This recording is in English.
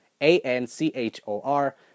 A-N-C-H-O-R